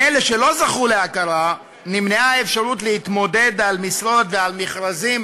מאלה שלא זכו להכרה נמנעה האפשרות להתמודד על משרות ועל מכרזים